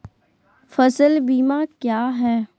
फ़सल बीमा क्या है?